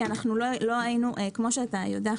כי כמו שאתה יודע,